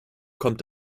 kommt